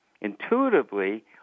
intuitively